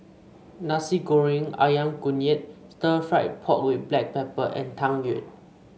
Nasi Goreng ayam kunyit Stir Fried Pork with Black Pepper and Tang Yuen